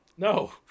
No